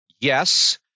Yes